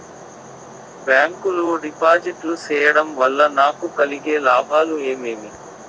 Bank లో డిపాజిట్లు సేయడం వల్ల నాకు కలిగే లాభాలు ఏమేమి?